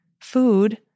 food